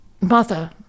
mother